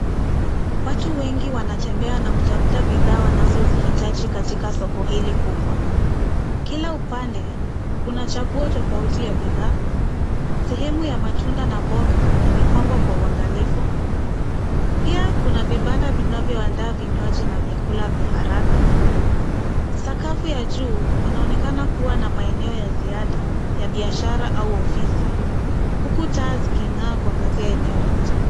Watu wengi wanatembea na kutafuta bidhaa wanazozihitaji katika soko hili kubwa. Kila upande kuna chaguo tofauti ya bidhaa. Sehemu ya matunda na mboga imepangwa kwa uangalifu. Pia kuna vibanda vinavyoandaa vinywaji na vyakula vya haraka. Sakafu ya juu inaonekana kuwa na maeneo ya ziada ya biashara au ofisi huku taa ziking'aa kuangazia eneo lote.